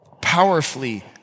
Powerfully